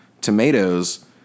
tomatoes